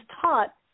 taught